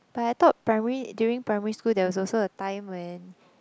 but I thought primary during primary school there was also a time when